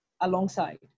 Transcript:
alongside